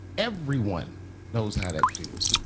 everyone knows how that feels.